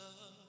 love